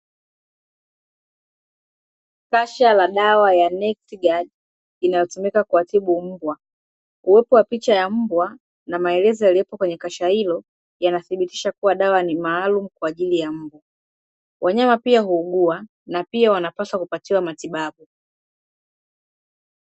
Kasha la dawa ya Nectigan inayotumika kuwatibu mbwa uwepo wa picha ya mbwa na maelezo yaliyopo kwenye kasha hilo yanathibitisha kuwa dawa ni maalumu kwa ajili ya mbwa wanyama pia huugua na pia wanapaswa kupatiwa matibabu.